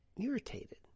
irritated